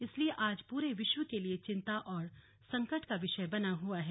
इसलिए आज पूरे विश्व के लिए चिंता और संकट का विषय बना हुआ है